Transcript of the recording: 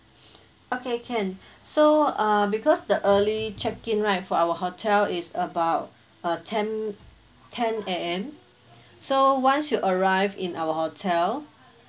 okay can so uh because the early check in right for our hotel is about a ten ten AM so once you arrive in our hotel